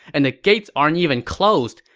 and the gates aren't even closed!